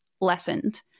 lessened